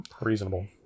Reasonable